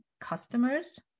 customers